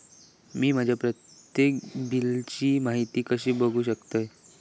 मी माझ्या प्रत्येक बिलची माहिती कशी बघू शकतय?